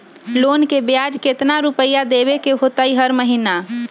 Loan के ब्याज कितना रुपैया देबे के होतइ हर महिना?